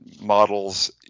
models